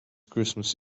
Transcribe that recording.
christmas